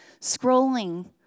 scrolling